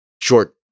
short